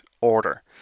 order